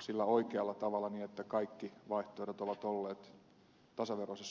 sillä oikealla tavalla niin että kaikki vaihtoehdot ovat olleet tasaveroisessa punninnassa